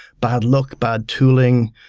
bad look, bad tooling,